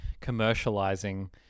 Commercializing